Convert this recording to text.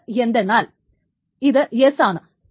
അത് എന്തെന്നാൽ ഇത് ട ആണ്